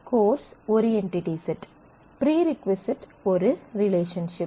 course ஒரு entity set prerequisite ஒரு relationship